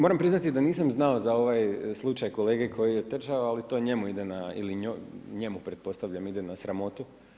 Moram priznati da nisam znao za ovaj slučaj kolege koji je trčao, ali to njemu ili njoj, njemu pretpostavljam ide na sramotu.